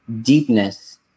deepness